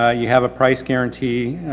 ah you have a price guarantee.